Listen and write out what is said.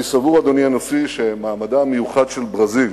אני סבור, אדוני הנשיא, שמעמדה המיוחד של ברזיל